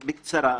בקצרה.